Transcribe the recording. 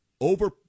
over